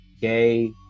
gay